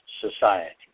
society